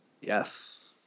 Yes